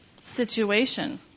situation